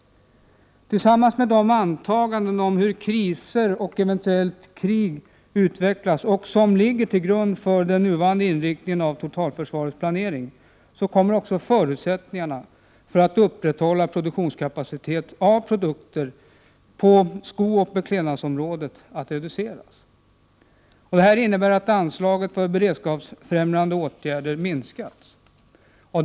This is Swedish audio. Tillsammans med de antaganden om kriser och krig som ligger till grund för den nuvarande inriktningen av totalförsvaret innebär de ändrade planeringsförutsättningarna för beredskapsåtgärderna på tekooch skoområdena att behovet av att upprätthålla produktionskapacitet inom beklädnadsområdet har minskat. Det innebär att anslaget för beredskapsfrämjande åtgärder kunnat reduceras.